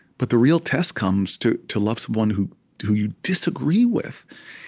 but the real test comes, to to love someone who who you disagree with.